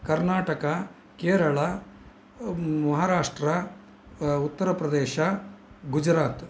कर्नाटका केरला महाराष्ट्रा उत्तरप्रदेशः गुजरात्